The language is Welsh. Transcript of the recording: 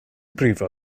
brifo